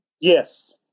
Yes